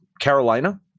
Carolina